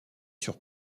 sur